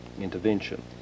intervention